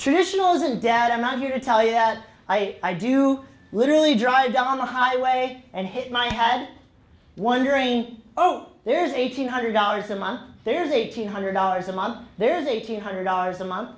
traditionalism dad i'm not here to tell you that i hate i do literally drive down the highway and hit my head wondering oh there's eighteen hundred dollars a month there's eight hundred dollars a month there's eight hundred dollars a month